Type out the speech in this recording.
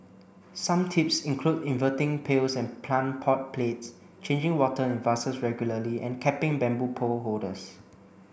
some tips include inverting pails and plant pot plates changing water in vases regularly and capping bamboo pole holders